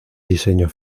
diseño